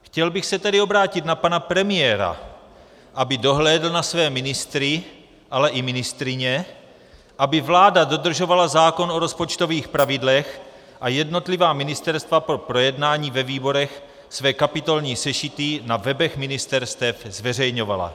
Chtěl bych se tedy obrátit na pana premiéra, aby dohlédl na své ministry, ale i ministryně, aby vláda dodržovala zákon o rozpočtových pravidlech a jednotlivá ministerstva po projednání ve výborech své kapitolní sešity na webech ministerstvech zveřejňovala.